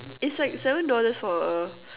is like seven dollars for a